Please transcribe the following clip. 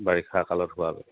বাৰিষা কালত হোৱা বাবে